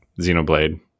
Xenoblade